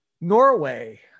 Norway